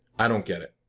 i don't get it.